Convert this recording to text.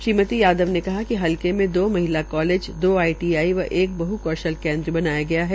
श्रीमती यादव ने कहा कि हलके मे दो महिलाओं कालेज दो आईटीआई व एक बह्कौशल केन्द्र बनाया गया है